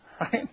Right